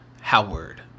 Howard